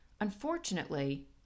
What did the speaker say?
Unfortunately